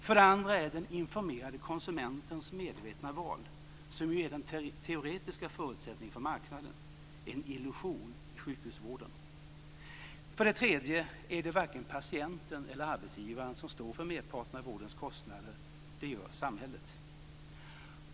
För det andra är den informerade konsumentens medvetna val, som ju är den teoretiska förutsättningen för marknaden, en illusion i sjukhusvården. För det tredje är det varken patienten eller arbetsgivaren som står för merparten av vårdens kostnader; det gör samhället.